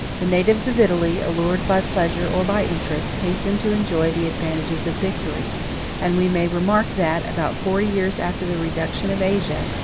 the natives of italy, allured by pleasure or by interest, hastened to enjoy the advantages of victory and we may remark, that, about forty years after the reduction of asia,